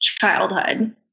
childhood